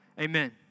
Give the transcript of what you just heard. amen